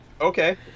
Okay